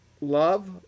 love